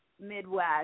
Midwest